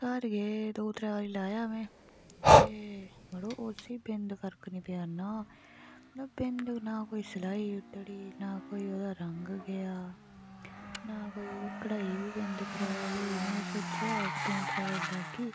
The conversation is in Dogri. घर गै दो त्रै बारी लाया में ते मड़ो उस्सी बिंद फर्क निं पेआ ना मतलब बिंद निं ना कोई सलाई उद्धड़ी ना कोई ओह्दा रंग गेआ ना कोई ओह्दी कढाई बी बिंद खराब होई में सोचेआ कि द'ऊं त्रै बारी लागी